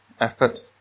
effort